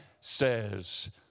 says